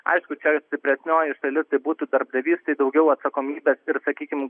aišku čia stipresnioji šalis tai būtų darbdavys tai daugiau atsakomybės ir sakykim